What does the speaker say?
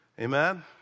Amen